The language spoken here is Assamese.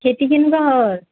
খেতি কেনেকুৱা হয়